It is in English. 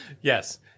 yes